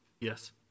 Yes